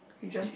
you just